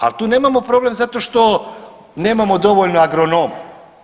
Ali tu nemamo problem zato što nemamo dovoljno agronoma.